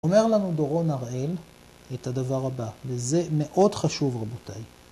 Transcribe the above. אומר לנו דורון אראל את הדבר הבא, וזה מאוד חשוב רבותיי.